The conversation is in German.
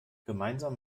gemeinsam